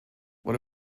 what